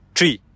Three